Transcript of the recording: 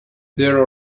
there